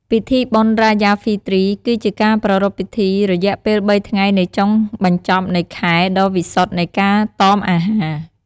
ពិធីបុណ្យ រ៉ាយ៉ា ហ្វីទ្រី គឺជាការប្រារព្ធពិធីរយៈពេលបីថ្ងៃនៃចុងបញ្ចប់នៃខែដ៏វិសុទ្ធនៃការតមអាហារ។